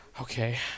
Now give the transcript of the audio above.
Okay